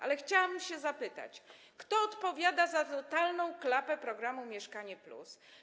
Ale chciałam zapytać, kto odpowiada za totalną klapę programu „Mieszkanie+”